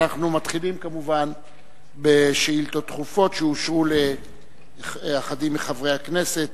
אנחנו מתחילים כמובן בשאילתות דחופות שאושרו לאחדים מחברי הכנסת,